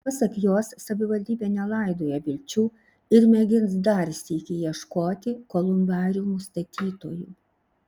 pasak jos savivaldybė nelaidoja vilčių ir mėgins dar sykį ieškoti kolumbariumų statytojų